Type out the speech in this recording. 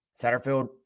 satterfield